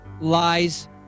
lies